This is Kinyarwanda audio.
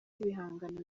ibihangano